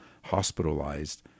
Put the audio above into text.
hospitalized